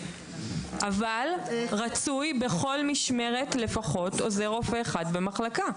אבל רצוי בכל משמרת, לפחות עוזר רופא אחד במחלקה.